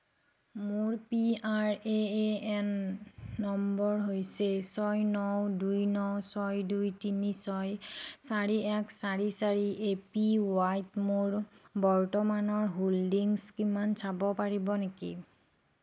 মোৰ P R A N number হৈছে ছয় ন দুই ন ছয় দুই তিনি ছয় চাৰি এক চাৰি চাৰি এপিৱাইত মোৰ বৰ্তমানৰ হোল্ডিংছ কিমান চাব পাৰিব নেকি